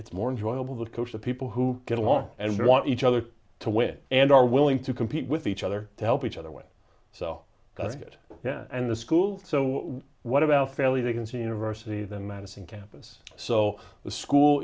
it's more joy of the coach the people who get along and want each other to win and are willing to compete with each other to help each other way so it and the school so what about family they can see university the madison campus so the school